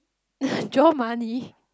draw money